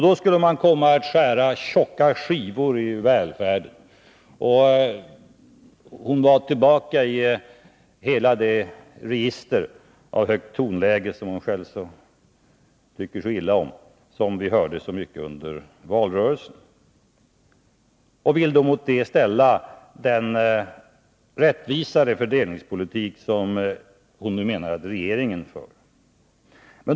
Då skulle man ha kommit att skära tjocka skivor i välfärden. Hon ville mot dessa perspektiv ställa den rättvisare fördelningspolitik som hon menar att regeringen nu för.